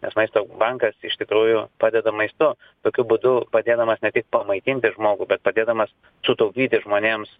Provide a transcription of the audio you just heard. nes maisto bankas iš tikrųjų padeda maistu tokiu būdu padėdamas ne tik pamaitinti žmogų bet padėdamas sutaupyti žmonėms